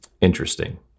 interesting